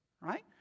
right